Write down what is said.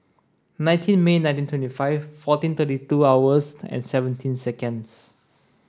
nineteen May nineteen twenty five fourteen thirty two hours and seventeen seconds